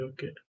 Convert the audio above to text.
Okay